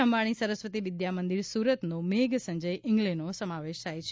અંબાણી સરસ્વતી વિદ્યામંદિર સુરતનો મેઘ સંજય ઇંગલેનો સમાવેશ થાય છે